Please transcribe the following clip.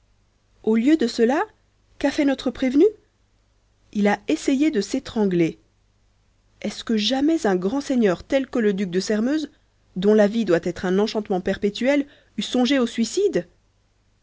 au lieu de cela qu'a fait notre prévenu il a essayé de s'étrangler est-ce que jamais un grand seigneur tel que le duc de sairmeuse dont la vie doit être un enchantement perpétuel eût songé au suicide